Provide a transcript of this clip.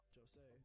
Jose